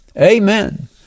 Amen